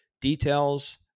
details